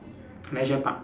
leisure park